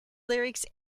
lyrics